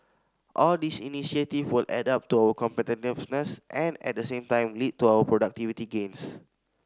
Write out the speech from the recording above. all these initiative will add up to our competitiveness and at the same time lead to our productivity gains